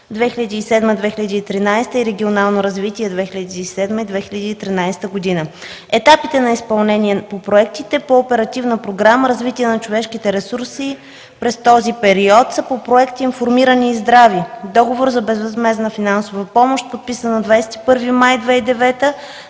2007 - 2013 г.” и „Регионално развитие 2007 - 2013 г.” Етапите на изпълнение на проектите по Оперативна програма „Развитие на човешките ресурси” през този период са по проект „Информирани и здрави” – договор за безвъзмездна финансова помощ, подписан на 21 май 2009